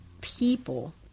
people